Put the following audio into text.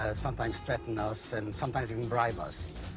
ah sometimes threaten us, and sometimes even bribe us.